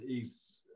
hes